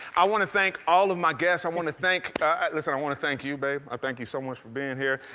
i want to thank all of my guests. i want to thank listen, i want to thank you babe. i thank you so much for being here.